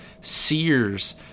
sears